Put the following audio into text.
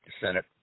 Senate